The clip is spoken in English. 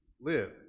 live